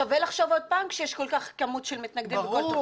שווה לחשוב עוד פעם כשיש כמות כל כך גדולה של מתנגדים בכל תוכנית.